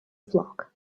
flock